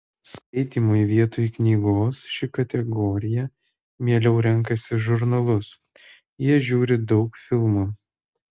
skaitymui vietoj knygos ši kategorija mieliau renkasi žurnalus jie žiūri daug filmų